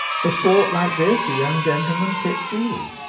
for sport like this the young gentlemen tip freely.